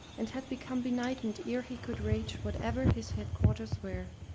and had become benighted ere he could reach wherever his headquarters were.